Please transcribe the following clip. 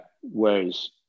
whereas